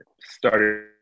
started